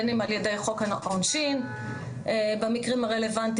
בין אם על ידי חוק העונשין במקרים הרלוונטיים,